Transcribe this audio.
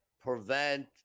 prevent